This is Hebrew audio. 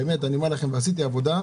באמת אני אומר לכם, עשיתי עבודה.